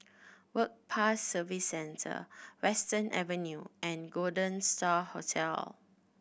Work Pass Services Centre Western Avenue and Golden Star Hotel